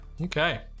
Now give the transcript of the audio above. Okay